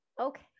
Okay